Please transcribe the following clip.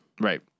right